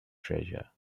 treasure